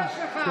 תתבייש לך.